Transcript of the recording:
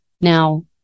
Now